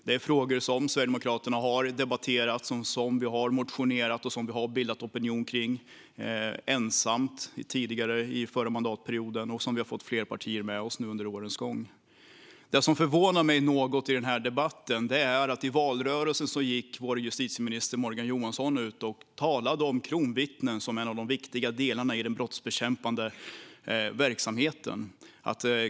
Det är frågor som Sverigedemokraterna ensamma har debatterat, motionerat och bildat opinion kring under den förra mandatperioden och som vi har fått flera partier med oss på under årens gång. Det som förvånar mig något i den här debatten är att vår justitieminister Morgan Johansson i valrörelsen gick ut och talade om kronvittnen som en av de viktiga delarna i den brottsbekämpande verksamheten.